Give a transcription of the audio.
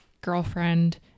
girlfriend